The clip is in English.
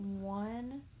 one